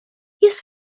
jest